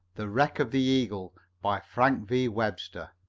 the wreck of the eagle by frank v. webster